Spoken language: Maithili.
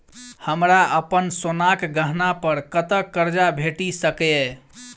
हमरा अप्पन सोनाक गहना पड़ कतऽ करजा भेटि सकैये?